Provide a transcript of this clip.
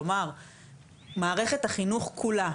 כלומר מערכת החינוך כולה,